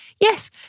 yes